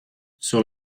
sur